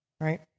right